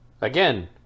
Again